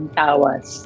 tawas